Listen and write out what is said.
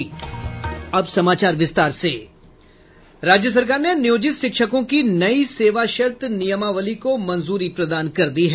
राज्य सरकार ने नियोजित शिक्षकों की नई सेवाशर्त नियमावली को मंजूरी प्रदान कर दी है